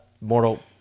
mortal